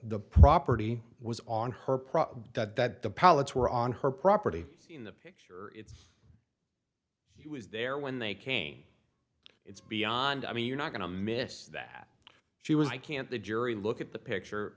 the property was on her property that the pallets were on her property in the picture it's he was there when they came it's beyond i mean you're not going to miss that she was i can't the jury look at the picture